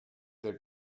that